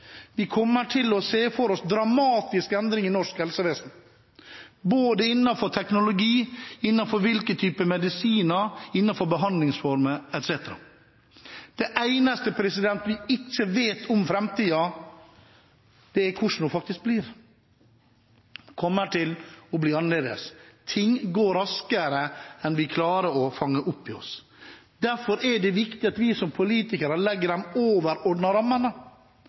Vi kommer til å se dramatiske endringer i norsk helsevesen, både innenfor teknologi, innenfor ulike typer medisiner og innenfor behandlingsformer etc. Det eneste vi ikke vet om framtiden, er hvordan den faktisk blir. Det kommer til å bli annerledes. Ting går raskere enn vi klarer å fange opp. Derfor er det viktig at vi som politikere legger de overordnede rammene,